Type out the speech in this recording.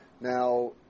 Now